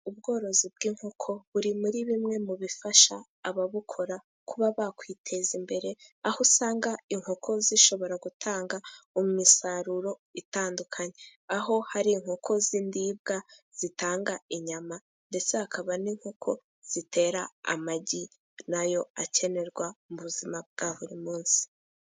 Ubworozi bw’inkoko buri muri bimwe mu bifasha ababukora kuba bakwiteza imbere, aho usanga inkoko zishobora gutanga imisaruro itandukanye. Aho, hari inkoko z’indibwa zitanga inyama, ndetse hakaba n’inkoko zitera amagi, na yo akenerwa mu buzima bwa buri munsi.